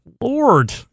lord